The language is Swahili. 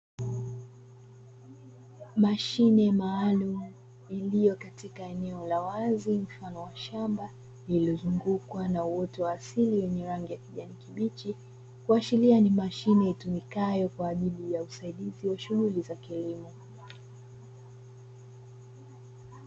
Mashine maalumu iliyo katika eneo la wazi mfano wa shamba lililo zungukwa na uoto wa asili wenye rangi ya kijani kibichi kuashiria ni mashine itumikayo kwa ajili ya usaidizi wa shughuli za kilimo.